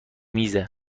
میزه